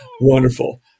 wonderful